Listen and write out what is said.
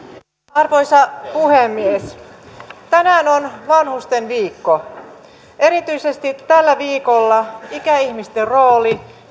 arvoisa puhemies tänään on vanhustenviikko erityisesti tällä viikolla ikäihmisten rooli